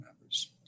members